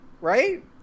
right